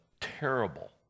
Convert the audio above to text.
terrible